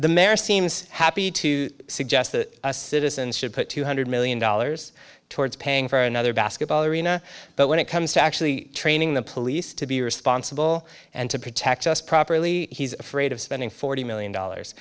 the mayor seems happy to suggest the citizens should put two hundred million dollars towards paying for another basketball arena but when it comes to actually training the police to be responsible and to protect us properly he's afraid of spending forty million dollars